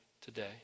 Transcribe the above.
today